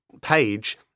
page